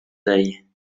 day